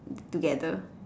together